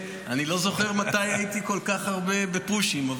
לא זוכר מתי הייתי בכל כך הרבה פושים,